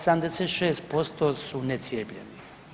86% su necijepljeni.